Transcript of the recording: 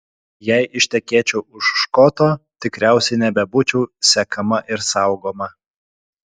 jei ištekėčiau už škoto tikriausiai nebebūčiau sekama ir saugoma